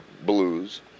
blues